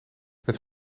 het